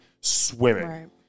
swimming